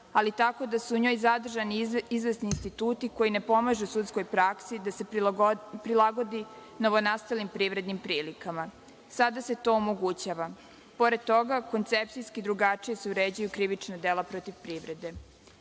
ali tako da su u njoj zadržani izvesni instituti koji ne pomažu sudskoj praksi da se prilagodi novonastalim privrednim prilikama. Sada se to omogućava. Pored toga, koncepcijski se drugačije uređuju krivična dela protiv privrede. Značajne